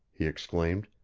he exclaimed.